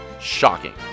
Shocking